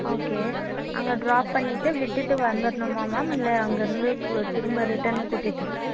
okay அங்கே drop பண்ணிவிட்டு விட்டுவிட்டு வந்துடணுமா மேம் இல்லை அங்கிருந்து திரும்ப ரிட்டர்ன் கூட்டிகிட்டு